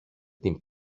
την